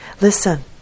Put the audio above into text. Listen